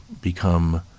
become